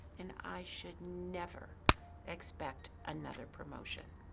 and i should never expect another promotion.